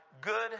good